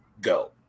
go